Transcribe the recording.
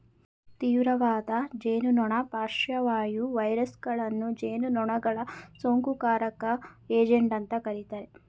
ತೀವ್ರವಾದ ಜೇನುನೊಣ ಪಾರ್ಶ್ವವಾಯು ವೈರಸಗಳನ್ನು ಜೇನುನೊಣಗಳ ಸೋಂಕುಕಾರಕ ಏಜೆಂಟ್ ಅಂತ ಕರೀತಾರೆ